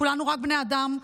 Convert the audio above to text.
כולנו רק בני אדם.